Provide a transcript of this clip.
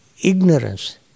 ignorance